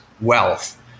wealth